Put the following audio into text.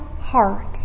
heart